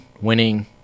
winning